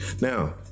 Now